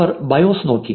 അവർ bios നോക്കി